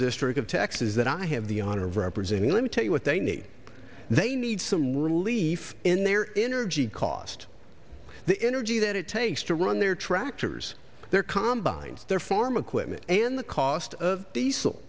district of texas that i have the honor of representing let me tell you what they need they need some relief in their inner g cost the energy that it takes to run their tractors their combine their farm equipment and the cost of diesel